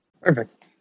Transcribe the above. Perfect